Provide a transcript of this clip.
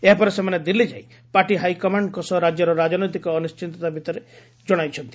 ଏହାପରେ ସେମାନେ ଦିଲ୍ଲୀ ଯାଇ ପାର୍ଟି ହାଇକମାଣ୍ଡଙ୍କ ସହ ରାଜ୍ୟର ରାଜନୈତିକ ଅନିଣ୍ଢିତତା ବିଷୟରେ ଜଣାଇଛନ୍ତି